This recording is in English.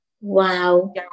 wow